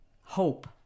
hope